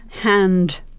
hand